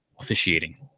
officiating